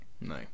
No